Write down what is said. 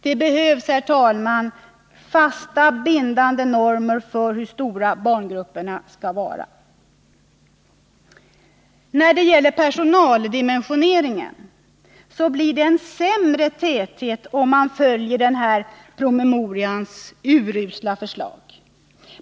Det behövs, herr talman, fasta, bindande normer för hur stora barngrupperna skall vara. När det gäller personaldimensioneringen blir det en sämre täthet, om man följer promemorians urusla förslag.